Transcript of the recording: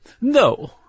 no